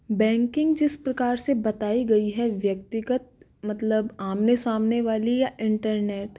banking जिस प्रकार से बताई गयी है व्यक्तिगत मतलब आमने सामने वाली या इंटरनेट